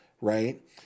right